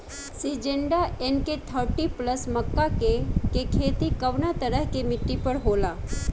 Syngenta NK thirty plus मक्का के के खेती कवना तरह के मिट्टी पर होला?